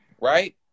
Right